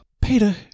Peter